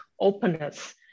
openness